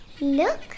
Look